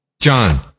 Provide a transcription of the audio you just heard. John